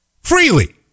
Freely